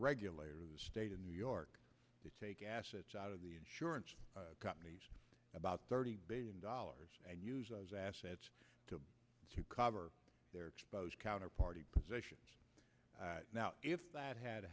regulator the state of new york to take assets out of the insurance company about thirty billion dollars and use those assets to cover their exposed counterparty positions now if that had